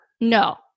no